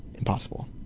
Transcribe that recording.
impossible.